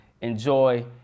enjoy